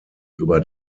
über